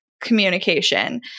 communication